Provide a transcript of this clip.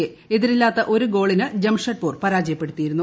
യെ എതിരില്ലാത്ത ഒരു ഗോളിന് ജംഷഡ്പൂർ പരാജയപ്പെടുത്തിയിരുന്നു